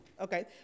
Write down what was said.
Okay